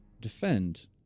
defend